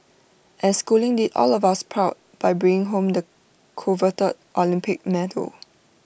and schooling did all of us proud by bringing home the coveted Olympic medal